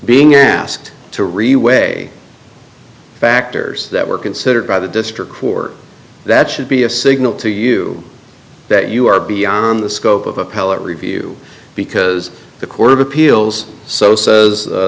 being asked to reweigh factors that were considered by the district for that should be a signal to you that you are beyond the scope of appellate review because the court of appeals so says